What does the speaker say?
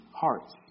hearts